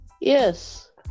Yes